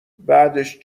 بعدش